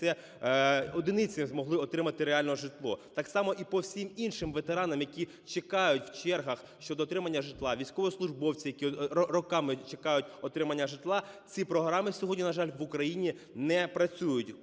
одиниці змогли отримати реально житло. Так само і по всім іншим ветеранам, які чекають в чергах щодо отримання житла, військовослужбовці, які роками чекають отримання житла. Ці програми сьогодні, на жаль, в Україні не працюють,